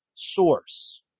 Source